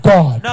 God